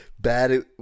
bad